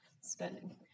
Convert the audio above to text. spending